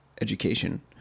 education